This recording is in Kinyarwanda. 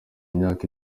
imyaka